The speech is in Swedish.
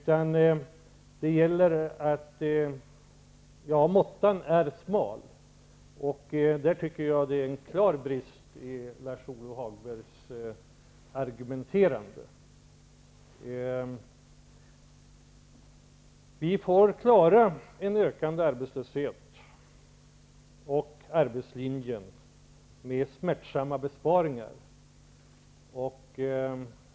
Jag tycker att det finns en klar brist i Vi får klara en ökande arbetslöshet och arbetslinjen med smärtsamma besparingar.